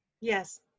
Yes